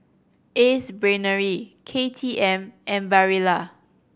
Ace Brainery K T M and Barilla